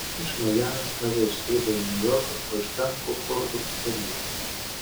iš majamio eva išskrido į niujorką o iš ten konkordu į paryžių